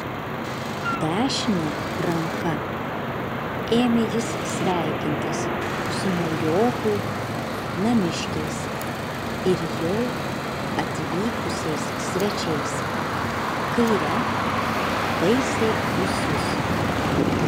dešine ranka ėmė jis sveikintis su naujokų namiškiais ir jau atvykusiais svečiais kaire taisė ūsus